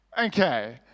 okay